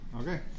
Okay